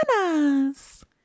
bananas